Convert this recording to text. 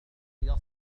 سيصل